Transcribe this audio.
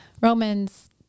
Romans